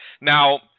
Now